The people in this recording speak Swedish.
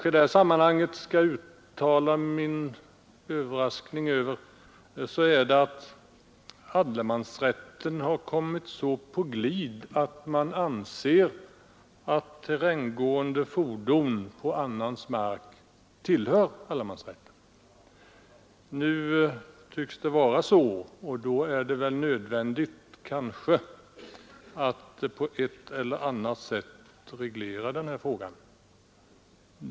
I detta sammanhang skall jag uttala min Överraskning över att allemansrätten har kommit så på glid att man anser att terränggående fordon på annans mark omfattas av allemansrätten. Nu tycks det vara så, och då är det kanske nödvändigt att på ett eller annat sätt reglera denna fråga.